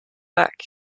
back